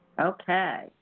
okay